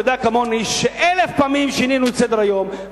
אתה יודע כמוני שאלף פעמים שינינו את סדר-היום,